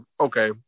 okay